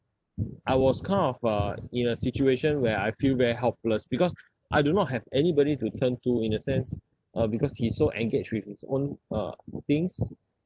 I was kind of uh in a situation where I feel very helpless because I do not have anybody to turn to in a sense uh because he's so engage with his own uh things